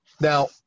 Now